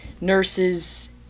nurses